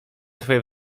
twoje